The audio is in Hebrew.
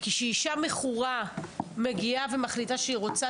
כי כשאישה מכורה מגיעה ומחליטה שהיא רוצה